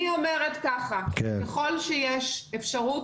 אני אומרת ככה: ככל שיש אפשרות,